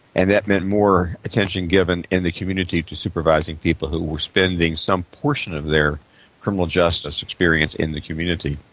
and that meant more attention given in the community to supervising people who were spending some portion of their criminal justice experience in the community.